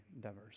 diverse